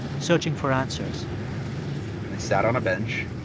searching for answers and i sat on a bench.